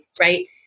right